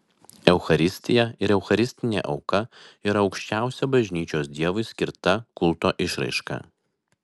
eucharistija ir eucharistinė auka yra aukščiausia bažnyčios dievui skirta kulto išraiška